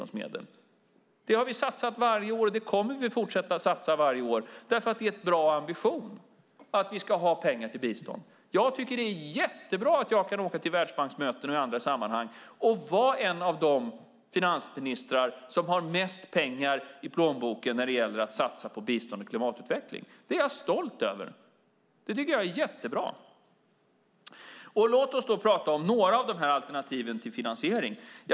Det har vi satsat varje år, och det kommer vi att fortsätta att satsa varje år, för det är en bra ambition att vi ska ha pengar till bistånd. Jag tycker att det är jättebra att jag kan åka till världsbanksmöten och andra sammanhang och vara en av de finansministrar som har mest pengar i plånboken att satsa på bistånd och klimatutveckling. Det är jag stolt över. Det tycker jag är jättebra. Låt oss då prata om några av alternativen till finansiering.